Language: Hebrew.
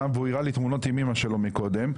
והוא הראה לי תמונות עם אמא שלו מקודם.